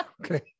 okay